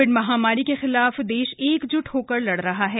Covid महामारी के खिलाफ देश एकज्ट होकर लड़ रहा है